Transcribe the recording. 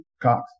Cox